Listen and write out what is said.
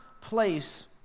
place